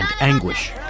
anguish